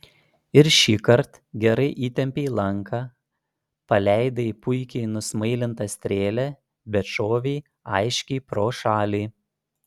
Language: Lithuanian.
ir šįkart gerai įtempei lanką paleidai puikiai nusmailintą strėlę bet šovei aiškiai pro šalį